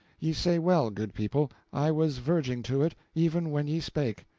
ye say well, good people. i was verging to it, even when ye spake.